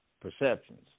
perceptions